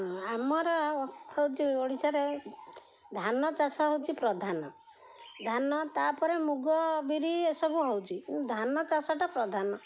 ଆମର ହେଉଛି ଓଡ଼ିଶାରେ ଧାନ ଚାଷ ହେଉଛି ପ୍ରଧାନ ଧାନ ତା'ପରେ ମୁଗ ବିରି ଏସବୁ ହେଉଛି ଧାନ ଚାଷଟା ପ୍ରଧାନ